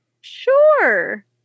Sure